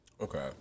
Okay